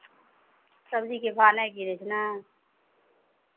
सबजीके भाओ नहि गिरै छै नहि